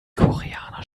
koreaner